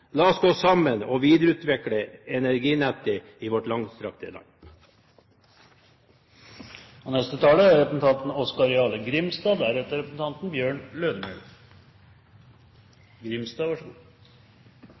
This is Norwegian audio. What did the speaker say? La oss gå sammen og videreutvikle energinettet i vårt langstrakte land! Framstegspartiets utgangspunkt med dette representantforslaget er